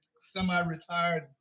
semi-retired